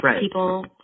people